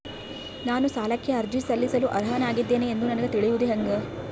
ನಾನು ಸಾಲಕ್ಕೆ ಅರ್ಜಿ ಸಲ್ಲಿಸಲು ಅರ್ಹನಾಗಿದ್ದೇನೆ ಎಂದು ನನಗ ತಿಳಿಯುವುದು ಹೆಂಗ?